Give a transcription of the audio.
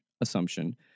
assumption